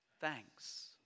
thanks